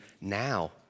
now